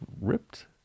ripped